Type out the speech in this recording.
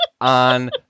on